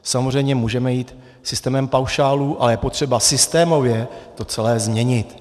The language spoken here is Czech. Samozřejmě můžeme jít systémem paušálů, ale je potřeba systémově to celé změnit.